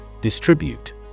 Distribute